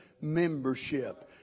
membership